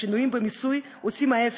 השינויים במיסוי עושים ההפך,